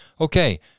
Okay